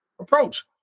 approach